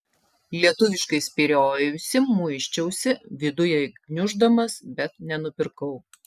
lietuviškai spyriojausi muisčiausi vidujai gniuždamas bet nenupirkau